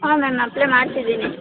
ಹಾಂ ma'am apply ಮಾಡ್ತಿದ್ದೀನಿ